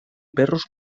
perros